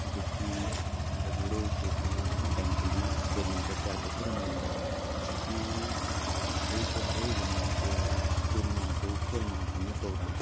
જેથી મારી જોડે એવું થયું તું મેં ઘણા ટાઈમ સુધી બેડમિન્ટન ત્યાર પછી રમ્યું નહીં પછી એકવાર એવું બન્યું કે સ્કૂલમાં હતું ખેલમહાકુંભનો પ્રોગ્રામ